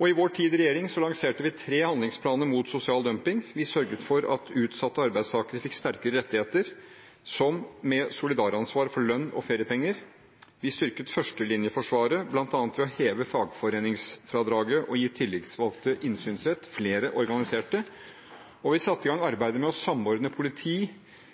Og i vår tid i regjering lanserte vi tre handlingsplaner mot sosial dumping: Vi sørget for at utsatte arbeidstakere fikk sterkere rettigheter, som solidaransvar for lønn og feriepenger, vi styrket førstelinjeforsvaret, bl.a. ved å heve fagforeningsfradraget og gi tillitsvalgte innsynsrett, flere organiserte, og vi satte i gang arbeidet med å samordne politi,